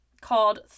called